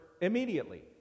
immediately